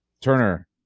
Turner